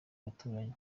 abaturanyi